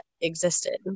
existed